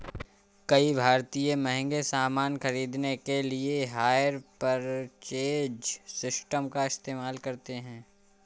कई भारतीय महंगे सामान खरीदने के लिए हायर परचेज सिस्टम का इस्तेमाल करते हैं